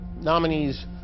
nominees